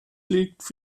liegt